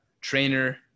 trainer